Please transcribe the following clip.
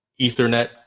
Ethernet